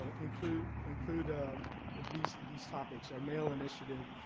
ah include include these these topics. our male initiative,